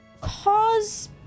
cause